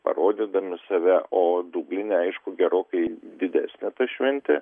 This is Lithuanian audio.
parodydami save o dubline aišku gerokai didesnė ta šventė